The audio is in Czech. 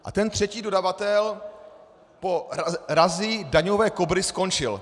A třetí dodavatel po razii daňové Kobry skončil.